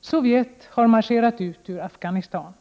Sovjet har marscherat ut ur Afghanistan.